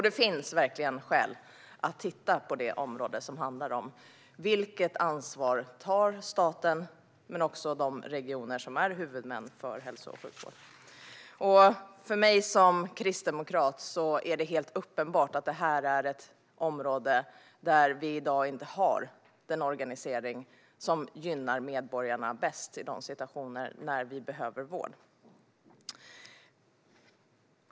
Det finns verkligen skäl att titta på detta område, som gäller vilket ansvar som staten men också de regioner som är huvudmän för hälso och sjukvård tar. För mig som kristdemokrat är det helt uppenbart att detta är ett område där vi i dag inte har den organisering som gynnar medborgarna bäst i de situationer där man behöver vård.